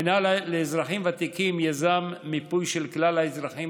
המינהל לאזרחים ותיקים יזם מיפוי של כלל האזרחים